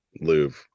Louvre